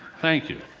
thank you.